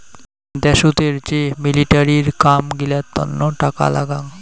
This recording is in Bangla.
দ্যাশোতের যে মিলিটারির কাম গিলার তন্ন টাকা লাগাং